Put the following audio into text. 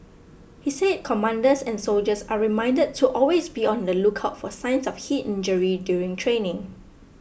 he said commanders and soldiers are reminded to always be on the lookout for signs of heat injury during training